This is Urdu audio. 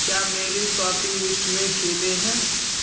کیا میری شاپنگ لسٹ میں کیلے ہیں